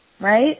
right